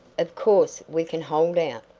of course we can hold out,